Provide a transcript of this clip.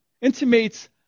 intimates